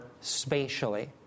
spatially